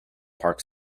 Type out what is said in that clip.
park